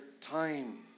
time